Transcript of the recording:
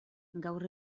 gaur